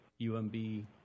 UMB